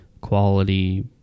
quality